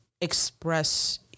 express